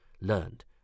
learned